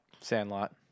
Sandlot